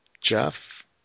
Jeff